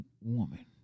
woman